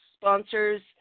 sponsors